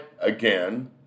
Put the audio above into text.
again